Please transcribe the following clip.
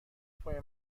پای